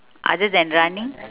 other than running